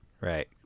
Right